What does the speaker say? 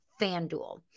FanDuel